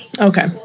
Okay